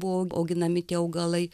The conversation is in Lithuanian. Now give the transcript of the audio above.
buvo auginami tie augalai